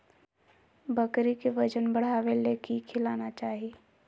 बकरी के वजन बढ़ावे ले की खिलाना चाही?